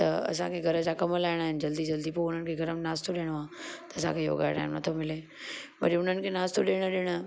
त असांखे घर जा कम लाहिड़ा आहिनि जल्दी जल्दी पोइ उन्हनि खे नाश्तो ॾियणो आहे त असांखे योगा जो टाइम नथो मिले वरी उन्हनि खे नाश्तो ॾियणु ॾियणु